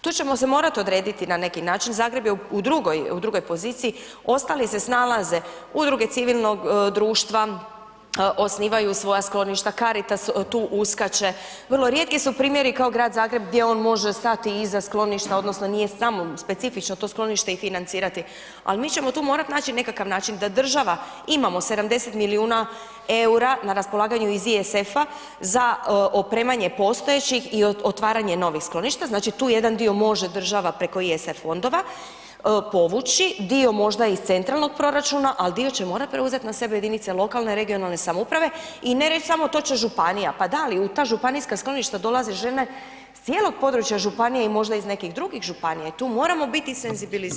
Tu ćemo se morat odrediti na neki način, Zagreb je u drugoj, u drugoj poziciji, ostali se snalaze, Udruge civilnog društva osnivaju svoja skloništa, Caritas tu uskače, vrlo rijetki su primjeri kao Grad Zagreb gdje on može stati iza skloništa odnosno nije samo specifično to sklonište i financirati, al mi ćemo tu morat naći nekakav način da država, imamo 70 milijuna EUR-a na raspolaganju iz ISF-a za opremanje postojećih i otvaranje novih skloništa, znači tu jedna dio može država preko ISF fondova povući, dio možda iz centralnog proračuna, al dio će morat preuzet na sebe jedinice lokalne i regionalne samouprave i ne reć samo to će županija, pa da, ali u ta županijska skloništa dolaze žene s cijelog područja županije i možda iz nekih drugih županija i tu moramo biti senzibilizirani.